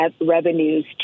revenues